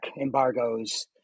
embargoes